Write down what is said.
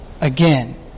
again